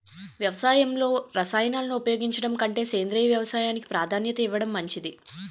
వ్యవసాయంలో రసాయనాలను ఉపయోగించడం కంటే సేంద్రియ వ్యవసాయానికి ప్రాధాన్యత ఇవ్వడం మంచిది